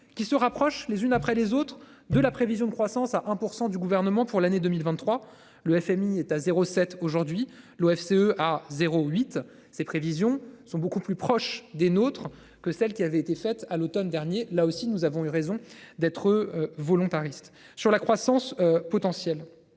qui se rapprochent les unes après les autres de la prévision de croissance à 1% du gouvernement pour l'année 2023. Le FMI est à 07 aujourd'hui. L'OFCE à zéro huit ces prévisions sont beaucoup plus proches des nôtres, que celle qui avait été fait à l'Automne dernier là aussi nous avons eu raison d'être volontariste sur la croissance. Potentielle